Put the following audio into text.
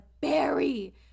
Barry